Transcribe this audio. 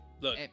Look